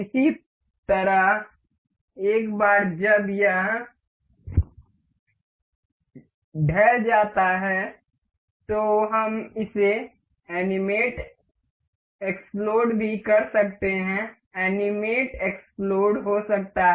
इसी तरह एक बार जब यह ढह जाता है तो हम इसे एनिमेट एक्स्प्लोड भी कर सकते हैं एनिमेट एक्स्प्लोड हो सकता है